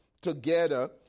together